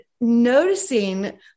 noticing